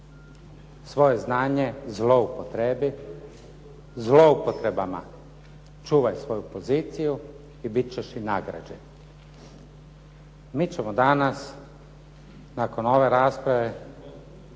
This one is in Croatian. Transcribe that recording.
svoje znanje zloupotrebi, zluoptrebama čuvaj svoju poziciju i bit ćeš i nagrađen. Mi ćemo danas nakon ove rasprave